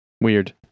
Weird